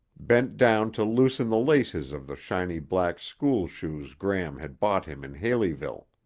bent down to loosen the laces of the shiny black school shoes gram had bought him in haleyville.